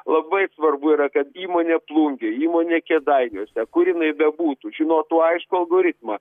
labai svarbu yra kad įmonė plungėj įmonė kėdainiuose kur jinai bebūtų žinotų aiškų algoritmą